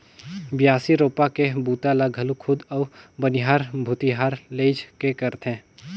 बियासी, रोपा के बूता ल घलो खुद अउ बनिहार भूथिहार लेइज के करथे